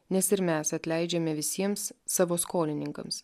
nes ir mes atleidžiame visiems savo skolininkams